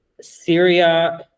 Syria